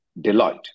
Deloitte